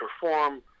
perform